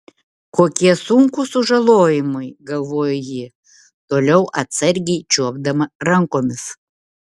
kokie sunkūs sužalojimai galvojo ji toliau atsargiai čiuopdama rankomis